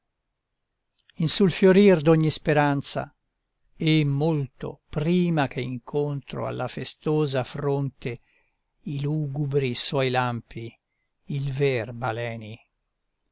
in sul fiorir d'ogni speranza e molto prima che incontro alla festosa fronte i lùgubri suoi lampi il ver